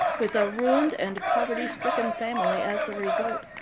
with a ruined and poverty-stricken family as the result.